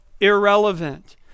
irrelevant